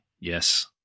yes